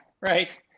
right